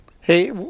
Hey